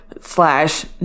slash